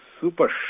super